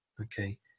Okay